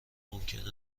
ممکن